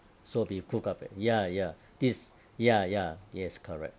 so be eh ya ya this ya ya yes correct